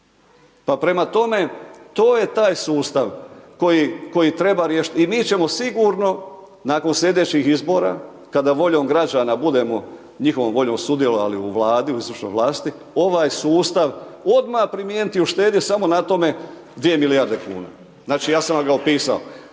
Pa prema tome to je taj sustav koji, koji treba riješit. I mi ćemo sigurno nakon slijedećih izbora, kada voljom građana budemo, njihovom voljom sudjelovali u vladi, u izvršnoj vlasti, ovaj sustav odmah primijeniti i uštedit samo na tome 2 milijarde kuna. Znači ja sam vam ga opisao.